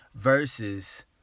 versus